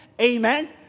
amen